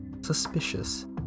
suspicious